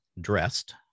dressed